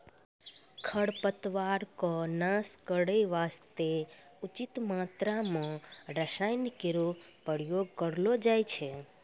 खरपतवारो क नाश करै वास्ते उचित मात्रा म रसायन केरो प्रयोग करलो करो